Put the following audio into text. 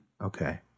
Okay